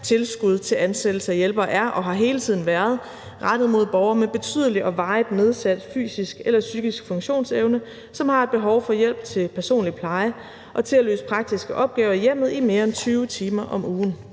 tilskud til ansættelse af hjælpere er og har hele tiden været rettet mod borgere med betydelig og varigt nedsat fysisk eller psykisk funktionsevne, som har et behov for hjælp til personlig pleje og til at løse praktiske opgaver i hjemmet i mere end 20 timer om ugen.